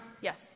Yes